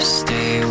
stay